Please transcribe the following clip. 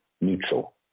neutral